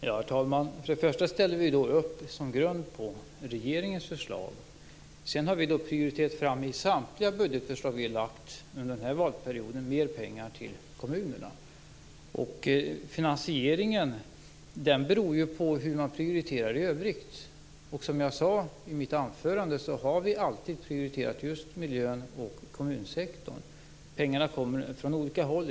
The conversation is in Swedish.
Herr talman! Först vill jag säga att vi som grund ställer upp på regeringens förslag. Sedan har vi i samtliga budgetförslag som vi har lagt fram under den här valperioden, prioriterat fram mer pengar till kommunerna. Finansieringen beror ju på hur man prioriterar i övrigt. Som jag sade i mitt anförande, har vi alltid prioriterat just miljön och kommunsektorn. Pengarna kommer från olika håll.